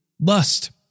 lust